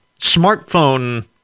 smartphone